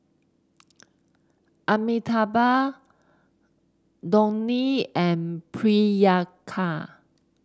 Amitabh Dhoni and Priyanka